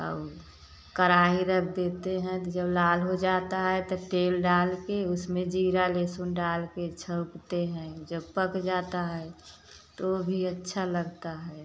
और कराही रख देते हैं तो जब लाल हो जाता है तब तेल डाल के उसमें जीरा लेहसुन डाल के छौंकते हैं जब पक जाता है तो वो भी अच्छा लगता है